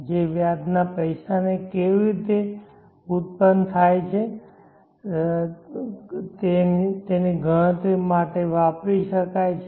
તેથી ત્યાં એક વ્યાજ વ્યાજ દર છે જે પૈસાની કિંમત કેવી રીતે ઉત્પન્ન કરવામાં આવે છે તેની ગણતરી માટે વાપરી શકાય છે